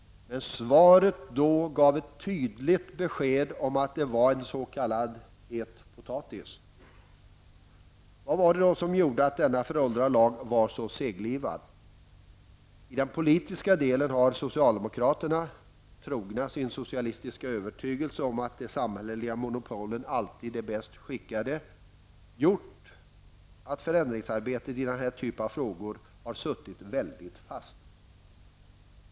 Svaret då gav ett tydligt besked om att det var en s.k. het potatis. Vad var det då som gjorde att denna föråldrade lag var så seglivad? I den politiska delen har socialdemokraterna, trogna sin socialistiska övertygelse om att de samhälleliga monopolen alltid är bäst skickade, gjort att förändringsarbetet i den här typen av frågor har suttit mycket fast.